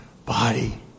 Body